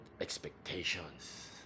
expectations